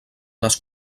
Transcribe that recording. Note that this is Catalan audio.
les